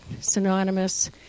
synonymous